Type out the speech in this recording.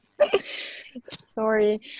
sorry